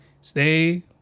Stay